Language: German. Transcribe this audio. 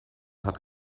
hat